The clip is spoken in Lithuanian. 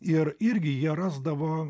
ir irgi jie rasdavo